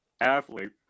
athlete